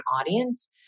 audience